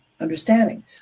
understanding